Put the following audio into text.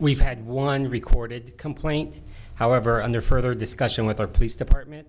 we've had one recorded complaint however and there further discussion with our police department